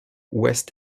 ouest